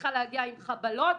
צריכה להגיע עם חבלות